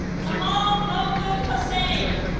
tomal mahmud hossain